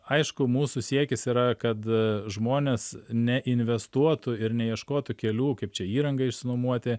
aišku mūsų siekis yra kad žmonės neinvestuotų ir neieškotų kelių kaip čia įrangą išsinuomuoti